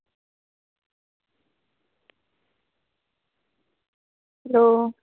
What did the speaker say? hello